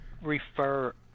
refer